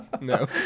no